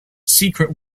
secret